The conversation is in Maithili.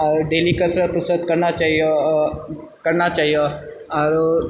आओर डेली कसरत ऊसरत करना चाही आओरो